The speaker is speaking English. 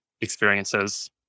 experiences